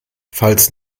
falls